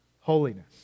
holiness